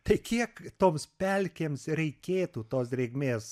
tai kiek toms pelkėms reikėtų tos drėgmės